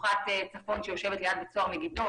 שלוחת צפון שיושבת ליד בית סוהר מגידו,